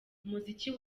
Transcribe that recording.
umuziki